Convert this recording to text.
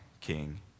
King